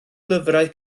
lyfrau